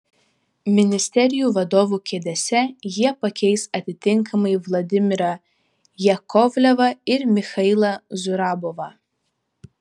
ministerijų vadovų kėdėse jie pakeis atitinkamai vladimirą jakovlevą ir michailą zurabovą